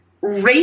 race